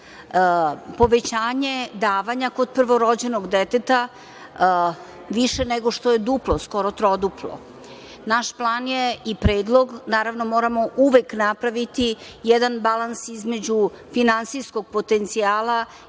povećanje davanja kod prvorođenog deteta, više nego što duplo, skoro troduplo. Naš plan i predlog, naravno moram uvek napraviti jedan balans između finansijskog potencijala